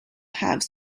have